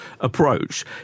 approach